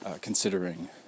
considering